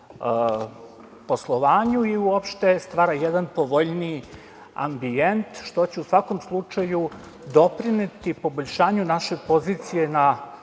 poslovanju i uopšte stvara jedan povoljniji ambijent što će u svakom slučaju doprineti poboljšanju naše pozicije na